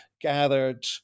gathered